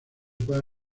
puede